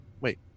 wait